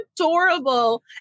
adorable